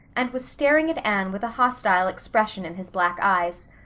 and was staring at anne with a hostile expression in his black eyes.